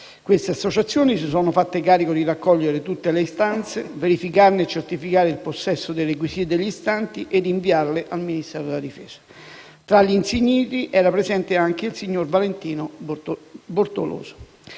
Queste associazioni si sono fatte carico di raccogliere tutte le istanze, verificarne e certificare il possesso dei requisiti degli istanti ed inviarle al Ministero della difesa. Tra gli insigniti era presente anche il signor Valentino Bortoloso.